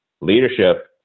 leadership